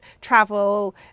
travel